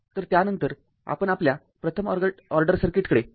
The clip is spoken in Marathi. तर त्या नंतर आपण आपल्या प्रथम ऑर्डर सर्किटकडे जाऊ